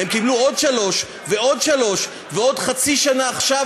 והם קיבלו עוד שלוש ועוד שלוש ועוד חצי שנה עכשיו,